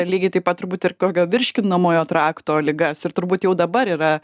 lygiai taip pat turbūt ir kokio virškinamojo trakto ligas ir turbūt jau dabar yra